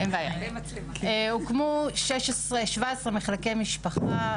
הוקמו 16, 17 מחלקי משפחה,